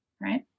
right